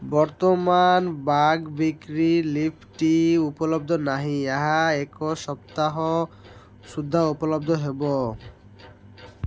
ବର୍ତ୍ତମାନ Wagh Bakri leaf tea ଉପଲବ୍ଧ ନାହିଁ ଏହା ଏହି ସପ୍ତାହ ସୁଦ୍ଧା ଉପଲବ୍ଧ ହେବ